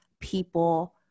people